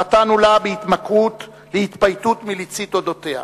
חטאנו לה בהתמכרות להתפייטות מליצית על אודותיה.